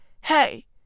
hey